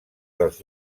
dels